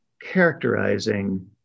characterizing